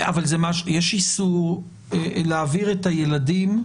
יש איסור להעביר את הילדים,